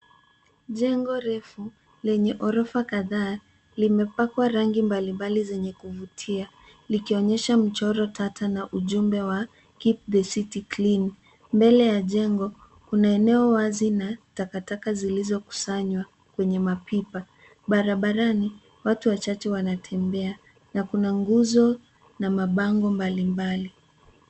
Jengo refu lenye orofa kadhaa limepakwa rangi mbalimbali zenye kuvutia likionyesha mchoro tata na ujumbe wa keep the city clean . Mbele ya jengo kuna eneo wazi na takataka zilizo kusanywa kwenye mapipa. Barabarani watu wachache wanatembea na kuna nguzo na mabango mbalimbali.